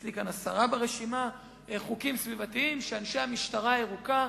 יש לי ברשימה כאן עשרה חוקים סביבתיים שאנשי המשטרה הירוקה,